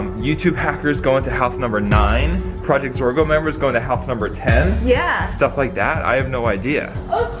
youtube hackers go into house number nine, project zorgo members go into house number ten. yeah stuff like that, i have no idea. oh